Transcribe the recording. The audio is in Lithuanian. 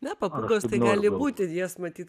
na papūgos tai gali būti jos matyt